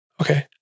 Okay